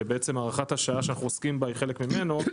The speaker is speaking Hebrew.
שבעצם הארכת השעה שאנחנו עוסקים בה היא חלק ממנו,